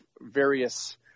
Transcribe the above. various